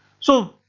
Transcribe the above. so